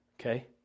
Okay